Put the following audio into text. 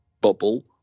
bubble